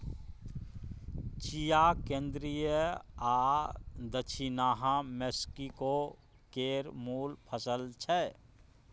चिया केंद्रीय आ दछिनाहा मैक्सिको केर मुल फसल छै